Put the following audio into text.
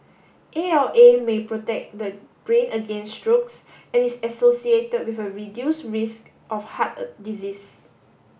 A L A may protect the brain against strokes and is associated with a reduce risk of heart a disease